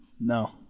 no